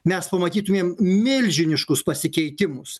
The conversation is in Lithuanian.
mes pamatytumėm milžiniškus pasikeitimus